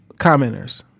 commenters